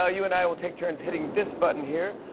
ah you and i will take turns hitting this button here,